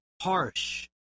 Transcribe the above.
harsh